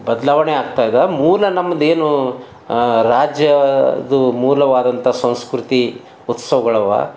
ಬದಲಾವಣೆ ಆಗ್ತಾ ಇದೆ ಮೂಲ ನಮ್ಮದೇನು ರಾಜ್ಯದ್ದು ಮೂಲವಾದಂಥ ಸಂಸ್ಕೃತಿ ಉತ್ಸವ್ಗಳವ